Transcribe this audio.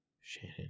Shannon